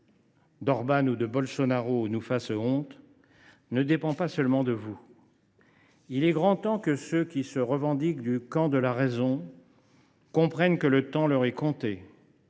d’Orban ou de Bolsonaro, ne dépend pas seulement de vous. Il est grand temps que ceux qui se revendiquent du camp de la raison comprennent que le temps leur est compté.